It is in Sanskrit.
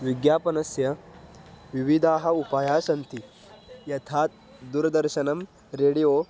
विज्ञापनस्य विविधाः उपायाः सन्ति यथा त् दूरदर्शनं रेडियो